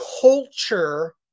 culture